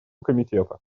комитета